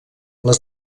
les